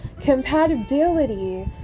Compatibility